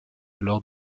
lors